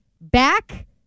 back